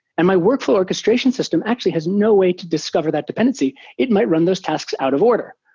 and my workflow orchestration system actually has no way to discover that dependency. it might run those tasks out of order.